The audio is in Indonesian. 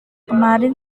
kemarin